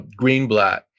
Greenblatt